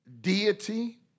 Deity